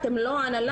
אתם לא ההנהלה,